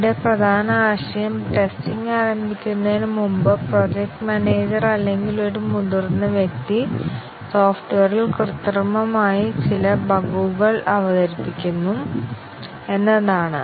ഇവിടെ പ്രധാന ആശയം ടെസ്റ്റിംഗ് ആരംഭിക്കുന്നതിന് മുമ്പ് പ്രോജക്ട് മാനേജർ അല്ലെങ്കിൽ ഒരു മുതിർന്ന വ്യക്തി സോഫ്റ്റ്വെയറിൽ കൃത്രിമമായി ചില ബഗുകൾ അവതരിപ്പിക്കുന്നു എന്നതാണ്